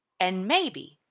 and maybe,